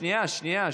שנייה.